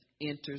enters